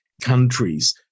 countries